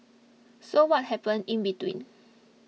so what happened in between